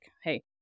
hey